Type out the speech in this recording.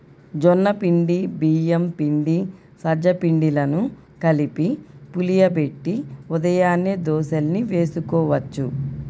జొన్న పిండి, బియ్యం పిండి, సజ్జ పిండిలను కలిపి పులియబెట్టి ఉదయాన్నే దోశల్ని వేసుకోవచ్చు